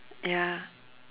ya